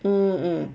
um um